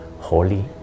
Holy